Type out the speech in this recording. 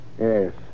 Yes